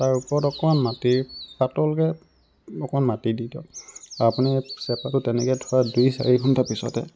তাৰ ওপৰত অকণ মাটি পাতলকৈ অকণ মাটি দি দিয়ক আৰু আপুনি চেপাটো তেনেকৈ থোৱা দুই চাৰি ঘণ্টা পিছতে